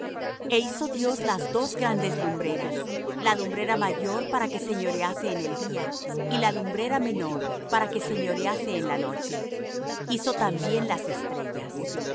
e hizo dios las dos grandes lumbreras la lumbrera mayor para que señorease en el día y la lumbrera menor para que señorease en la noche hizo también las estrellas